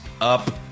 up